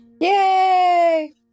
Yay